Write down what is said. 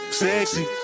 sexy